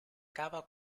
cava